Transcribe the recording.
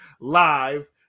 live